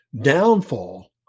downfall